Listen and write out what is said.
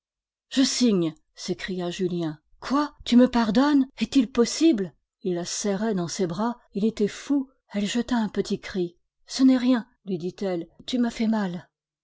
je signe s'écria julien quoi tu me pardonnes est-il possible il la serrait dans ses bras il était fou elle jeta un petit cri ce n'est rien lui dit-elle tu m'as fait mal